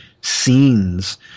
scenes